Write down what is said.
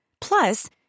Plus